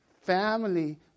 family